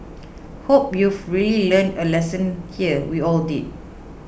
hope you've really learned a lesson here we all did